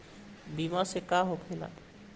बीमा से का होखेला?